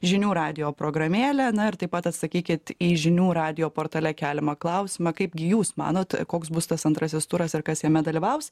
žinių radijo programėlę na ir taip pat atsakykit į žinių radijo portale keliamą klausimą kaipgi jūs manot koks bus tas antrasis turas ir kas jame dalyvaus